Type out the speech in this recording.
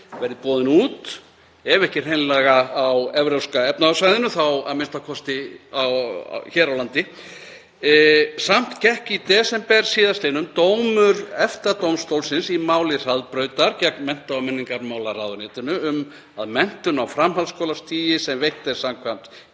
verði boðin út ef ekki hreinlega á Evrópska efnahagssvæðinu þá a.m.k. hér á landi. Samt gekk í desember síðastliðnum dómur EFTA-dómstólsins í máli Hraðbrautar gegn mennta- og menningarmálaráðuneytinu um að menntun á framhaldsskólastigi, sem veitt er samkvæmt